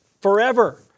forever